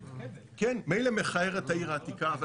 מילא מכער את העיר העתיקה,